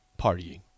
partying